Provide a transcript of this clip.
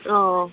अ